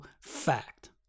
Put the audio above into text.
fact